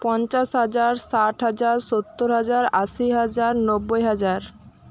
পঞ্চাশ হাজার ষাট হাজার সত্তর হাজার আশি হাজার নব্বই হাজার